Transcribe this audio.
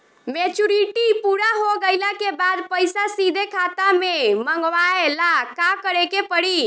Maturity पूरा हो गइला के बाद पईसा सीधे खाता में मँगवाए ला का करे के पड़ी?